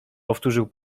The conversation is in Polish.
powtórzył